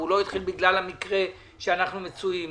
הוא לא התחיל בגלל המקרה שאנחנו מצויים בו.